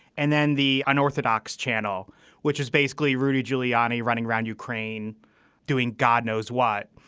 and then the unorthodox channel which is basically rudy giuliani running around ukraine doing god knows what.